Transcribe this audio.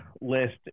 list